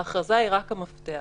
ההכרזה היא רק המפתח.